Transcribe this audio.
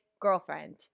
girlfriend